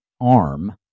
arm